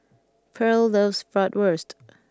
Pearle loves Bratwurst